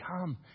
Come